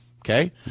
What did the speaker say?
okay